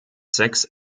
sechs